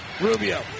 Rubio